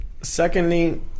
Secondly